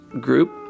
group